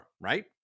right